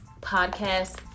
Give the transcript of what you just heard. podcast